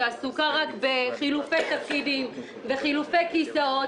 שעסוקה רק בחילופי תפקידים וחילופי כיסאות,